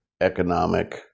economic